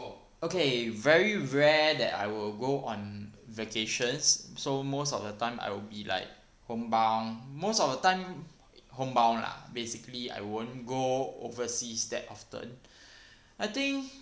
okay very rare that I will go on vacations so most of the time I will be like home bound most of the time home bound lah basically I won't go overseas that often I think